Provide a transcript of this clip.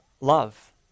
love